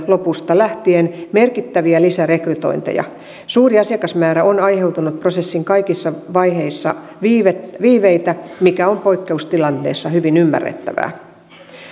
lopusta lähtien merkittäviä lisärekrytointeja suuri asiakasmäärä on aiheuttanut prosessin kaikissa vaiheissa viiveitä viiveitä mikä on poikkeustilanteessa hyvin ymmärrettävää